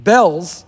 Bells